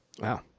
Wow